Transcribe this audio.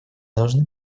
должны